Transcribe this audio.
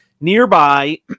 nearby